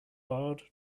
barred